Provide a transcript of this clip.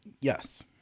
Yes